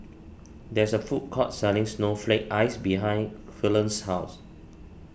there is a food court selling Snowflake Ice behind Cullen's house